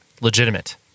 legitimate